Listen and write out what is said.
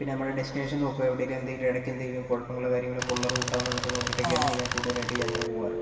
പിന്നെ നമ്മുടെ ഡെസ്റ്റിനേഷൻ നോക്കും ഇടയ്ക്ക് എന്തെങ്കിലും കുഴപ്പങ്ങളോ കാര്യങ്ങളോ ഒക്കെ ഉള്ള റൂട്ടാണോ എന്ന് നോക്കിയിട്ട് ഒക്കെയാണ് ഞാൻ കൂടുതലായിട്ടും യാത്ര പോകാറ്